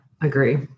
agree